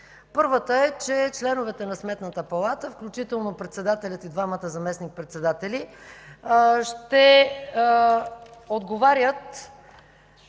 Първата е, че членовете на Сметната палата, включително председателят и двамата заместник-председатели, ще отговарят